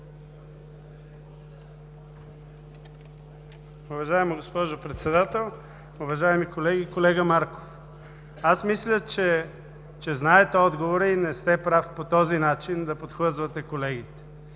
Уважаема госпожо Председател, уважаеми колеги! Колега Марков, аз мисля, че знаете отговора и не сте прав по този начин да подхлъзвате колегите.